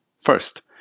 First